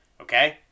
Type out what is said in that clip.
okay